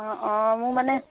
অঁ অঁ মোৰ মানে